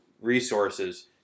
resources